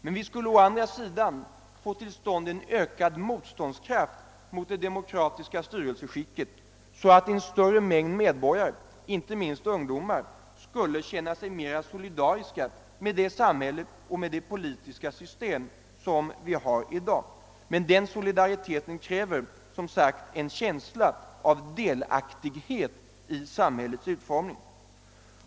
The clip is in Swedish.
Men vi skulle å andra sidan få till stånd ökad motståndskraft hos det demokratiska styrelseskicket så att ett större antal medborgare — inte minst många ungdomar — skulle känna sig mer solidariska med det samhälle och det politiska system som vi har i dag. Men den solidariteten kräver, som sagt, en känsla av delaktighet i samhällets utformning.